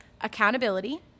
accountability